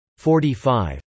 45